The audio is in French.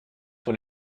sur